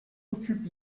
occupe